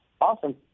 Awesome